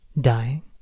dying